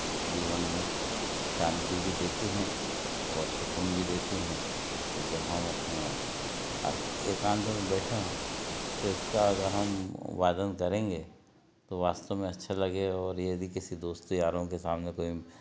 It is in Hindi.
जीवन में शांति भी देती हैं और सुकून भी देती हैं जब हम अपने एकांत में बैठे हों तो इसका अगर हम वादन करेंगे तो वास्तव में अच्छा लगेगा और यदि किसी दोस्त के यारों के सामने कोई